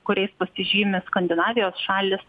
kuriais pasižymi skandinavijos šalys